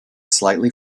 slightly